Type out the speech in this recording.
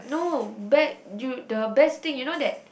no bet you the best thing you know that